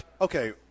Okay